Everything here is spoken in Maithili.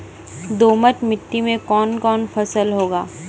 दोमट मिट्टी मे कौन कौन फसल होगा?